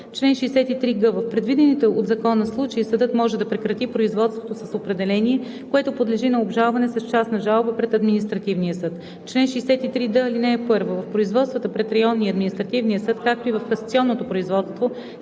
Чл. 63г. В предвидените от закона случаи съдът може да прекрати производството с определение, което подлежи на обжалване с частна жалба пред административния съд. Чл. 63д. (1) В производствата пред районния и административния съд, както и в касационното производство